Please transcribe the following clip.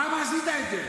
למה עשית את זה?